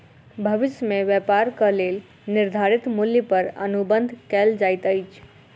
भविष्य में व्यापारक लेल निर्धारित मूल्य पर अनुबंध कएल जाइत अछि